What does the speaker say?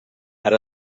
ara